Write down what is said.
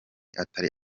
atari